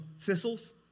thistles